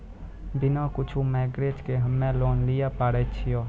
बिना कुछो मॉर्गेज के हम्मय लोन लिये पारे छियै?